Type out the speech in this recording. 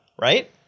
right